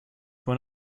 one